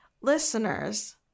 listeners